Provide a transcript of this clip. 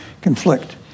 conflict